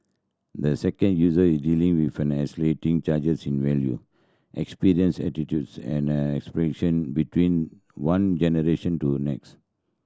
the second user is dealing with an accelerating changes in value experience attitudes and aspiration between one generation to next